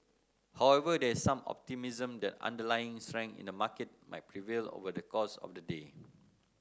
however there is some optimism that underlying strength in the market might prevail over the course of the day